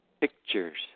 Pictures